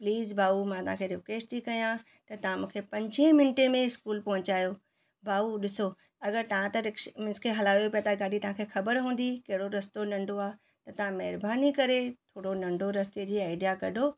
please भाऊ मां तव्हांखे रिक्वेस्ट थी कयां त तव्हां मूंखे पंजे मिंटे में स्कूल पहुचायो भाऊ ॾिसो अगरि तव्हां त रिक्शे मींस की हलायो ई पिया था गाॾी तव्हांखे ख़बर हूंदी कहिड़ो रस्तो नंढो आहे त तव्हा महिरबानी करे थोरो नंढो रस्ते जी आइडिया कढो